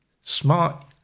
smart